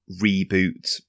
reboot